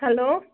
hello